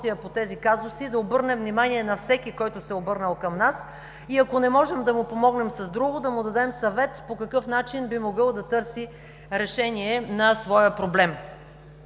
по тези казуси, да обърнем внимание на всеки, който се е обърнал към нас, и ако не можем да му помогнем с друго, да му дадем съвет по какъв начин би могъл да търси решение на своя проблем.